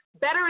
Better